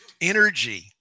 energy